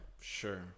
Sure